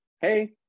hey